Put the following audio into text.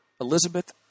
Elizabeth